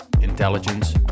intelligence